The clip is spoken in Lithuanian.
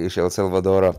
iš el salvadoro